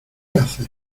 haces